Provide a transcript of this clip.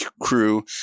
Crew